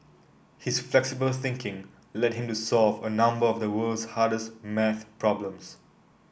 his flexible thinking led him to solve a number of the world's hardest maths problems